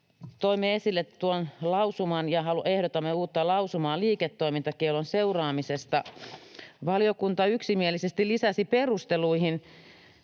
toimme esille tuon lausuman ja ehdotamme uutta lausumaa liiketoimintakiellon seuraamisesta. Valiokunta yksimielisesti lisäsi perusteluihin,